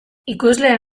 ikusleen